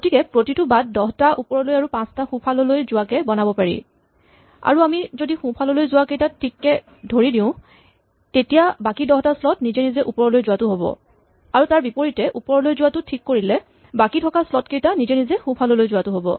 গতিকে প্ৰতিটো বাট দহটা ওপৰলৈ আৰু পাঁচটা সোঁফাললৈ যোৱাকে বনাব পাৰি আৰু আমি যদি সোঁফাললৈ যোৱাকেইটা ঠিককে ধৰি দিওঁ তেতিয়া বাকী দহটা স্লট নিজে নিজে ওপৰলৈ যোৱাটো হ'ব আৰু তাৰ বিপৰীতে ওপৰলৈ যোৱাটো ঠিক কৰি দিলে বাকী থকা স্লট কেইটা নিজে নিজে সোঁফাললৈ যোৱা হৈ যাব